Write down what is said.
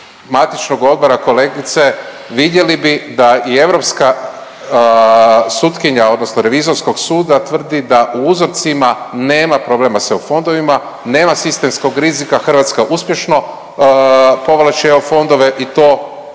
matičnog odbora, kolegice, vidjeli bi i da europska sutkinja, odnosno revizorskog suda tvrdi da u uzorcima nema problema s EU fondovima, nema sistemskog rizika, Hrvatska uspješno povlači EU fondove i to svugdje,